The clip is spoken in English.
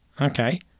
Okay